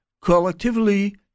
collectively